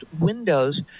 Windows